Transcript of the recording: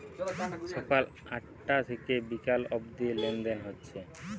সকাল আটটা থিকে বিকাল অব্দি লেনদেন হচ্ছে